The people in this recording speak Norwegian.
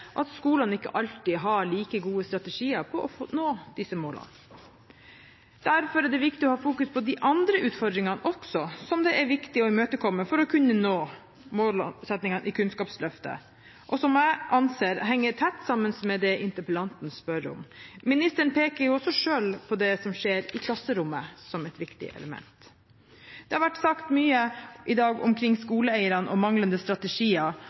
at skolene ikke alltid har like gode strategier på å nå disse målene. Derfor er det viktig å ha fokus på de andre utfordringene også, som det er viktig å imøtekomme for å kunne nå målsettingene i Kunnskapsløftet, og som jeg anser henger tett sammen med det interpellanten spør om. Ministeren peker også selv på det som skjer i klasserommet som et viktig element. Det har vært sagt mye i dag om skoleeierne, om manglende strategier